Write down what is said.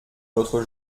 l’autre